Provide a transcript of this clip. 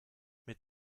mit